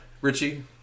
Richie